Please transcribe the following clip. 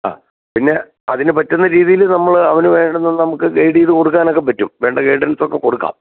ആ പിന്നെ അതിന് പറ്റുന്ന രീതിയിൽ നമ്മൾ അവന് വേണ്ടുന്ന നമുക്ക് ഗൈഡ് ചെയ്ത് കൊടുക്കാനൊക്കെ പറ്റും വേണ്ട ഗൈഡൻസൊക്കെ കൊടുക്കാം